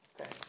Okay